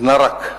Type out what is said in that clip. אינה רק,